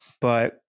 But-